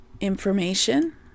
information